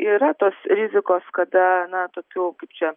yra tos rizikos kada na tokių kaip čia